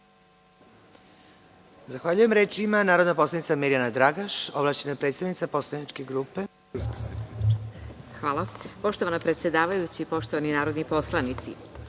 Zahvaljujem. Reč ima narodna poslanica Mirjana Dragaš, ovlašćena predstavnica poslaničke grupe. **Mirjana Dragaš** Poštovana predsedavajuća, poštovani narodni poslanici,